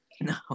No